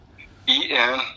E-N